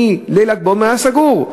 מליל ל"ג בעומר היה סגור,